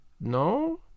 No